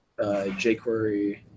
jQuery